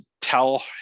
Tell